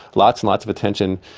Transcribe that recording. lots and lots of attention,